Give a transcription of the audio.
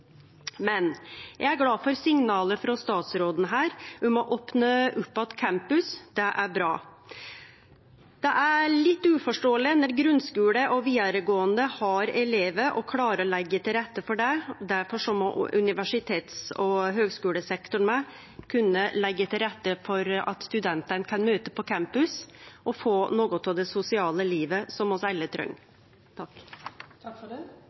Men eg er glad for signalet frå statsråden om å opne opp att campus, det er bra. Det er litt uforståeleg når grunnskule og vidaregåande som har elevar, klarer å leggje til rette for det. Difor må universitets- og høgskulesektoren også kunne leggje til rette for at studentane kan møte på campus og få noko av det sosiale livet som vi alle